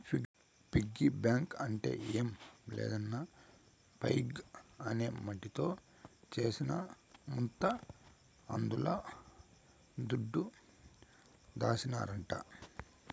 piggy bank అంటే ఏం లేదన్నా పైగ్ అనే మట్టితో చేసిన ముంత అందుల దుడ్డు దాసినారంట